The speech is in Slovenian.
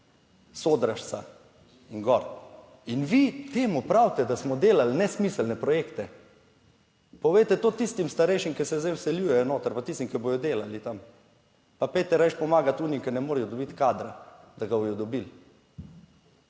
Sodražica in gor? In vi temu pravite, da smo delali nesmiselne projekte. Povejte to tistim starejšim, ki se zdaj vseljujejo noter, pa tistim, ki bodo delali tam, pa pojdite rajši pomagati onim, ki ne morejo dobiti kadra, da ga bodo dobili.